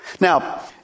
Now